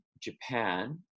Japan